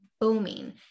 booming